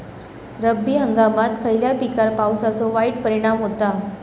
रब्बी हंगामात खयल्या पिकार पावसाचो वाईट परिणाम होता?